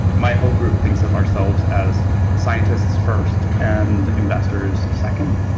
my whole group thinks of ourselves as scientists first and investors second,